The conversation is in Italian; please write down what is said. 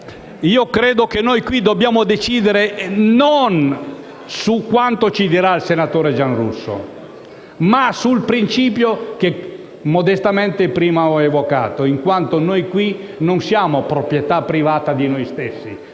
credo che dobbiamo decidere non su quanto ci dirà il senatore Giarrusso, ma sul principio che modestamente ho prima evocato: noi in questa sede non siamo proprietà privata di noi stessi;